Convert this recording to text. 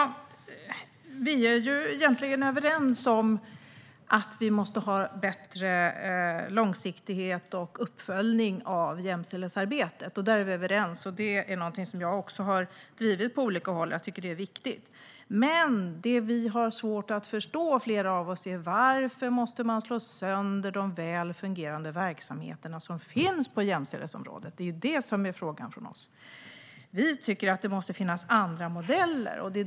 Herr talman! Vi är egentligen överens om att vi måste ha bättre långsiktighet och uppföljning av jämställdhetsarbetet. Det är något som också jag har drivit på olika håll, för jag tycker att det här är viktigt. Men vad flera av oss har svårt att förstå är varför man måste slå sönder väl fungerande verksamheter som finns på jämställdhetsområdet. Detta är vår fråga. Vi tycker att det måste finnas andra modeller.